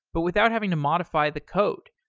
but without having to modify the code,